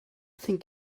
think